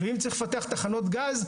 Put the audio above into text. אם צריך לפתח תחנות גז,